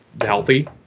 healthy